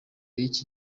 y’iki